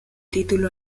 título